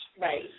Right